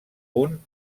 punt